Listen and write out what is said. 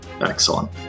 Excellent